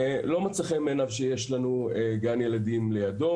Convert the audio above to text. לא מצא חן בעיניו שיש לנו גן ילדים לידו